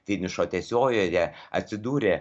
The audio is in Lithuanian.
finišo tiesiojoje atsidūrė